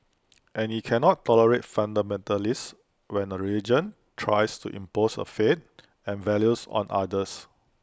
and he can not tolerate fundamentalists when A religion tries to impose A faith and values on others